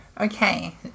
Okay